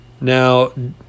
Now